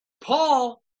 Paul